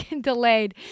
delayed